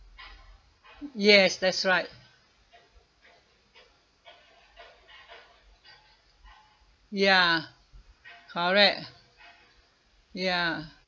yes that's right ya correct ya